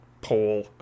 pole